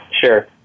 Sure